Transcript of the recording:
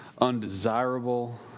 undesirable